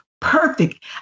perfect